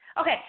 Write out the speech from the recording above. Okay